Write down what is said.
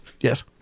yes